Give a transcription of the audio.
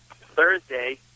Thursday